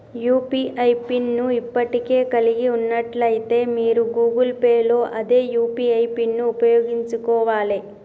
UPI pin ను ఇప్పటికే కలిగి ఉన్నట్లయితే మీరు గూగుల్ పే లో అదే యూ.పీ.ఐ పిన్ను ఉపయోగించుకోవాలే